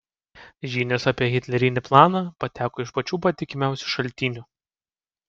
žinios apie hitlerinį planą pateko iš pačių patikimiausių šaltinių